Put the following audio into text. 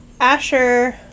Asher